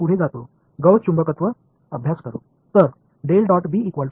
பின்னர் நீங்கள் காந்தவியல் படிக்கத் காஸ் நோக்கி முன்னேறினீர்கள்